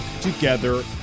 together